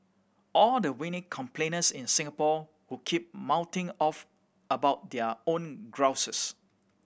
all the whiny complainers in Singapore who keep mouthing off about their own grouses